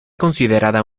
considerada